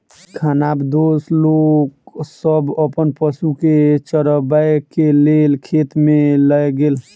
खानाबदोश लोक सब अपन पशु के चरबै के लेल खेत में लय गेल